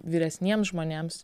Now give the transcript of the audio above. vyresniems žmonėms